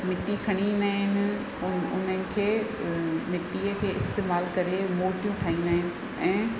मिटी खणी ईंदा आहिनि उन्हनि खे मिटीअ खे इस्तेमाल करे मुर्तियूं ठाहींदा आहियूं ऐं